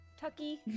Tucky